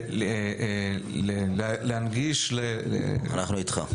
ולהנגיש --- אנחנו איתך.